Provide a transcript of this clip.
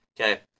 Okay